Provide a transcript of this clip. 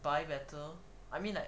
buy better I mean like